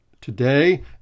today